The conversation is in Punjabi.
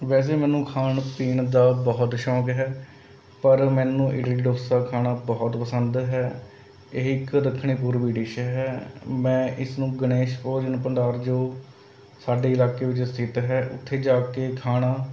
ਵੈਸੇ ਮੈਨੂੰ ਖਾਣ ਪੀਣ ਦਾ ਬਹੁਤ ਸ਼ੌਂਕ ਹੈ ਪਰ ਮੈਨੂੰ ਇਡਲੀ ਡੋਸਾ ਖਾਣਾ ਬਹੁਤ ਪਸੰਦ ਹੈ ਇਹ ਇੱਕ ਦੱਖਣੀ ਪੂਰਬੀ ਡਿਸ਼ ਹੈ ਮੈਂ ਇਸਨੂੰ ਗਨੇਸ਼ ਭੋਜਨ ਭੰਡਾਰ ਜੋ ਸਾਡੇ ਇਲਾਕੇ ਵਿੱਚ ਸਥਿਤ ਹੈ ਉੱਥੇ ਜਾ ਕੇ ਖਾਣਾ